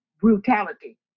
brutality